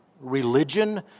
Religion